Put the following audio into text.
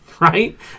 right